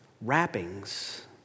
wrappings